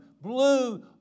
blue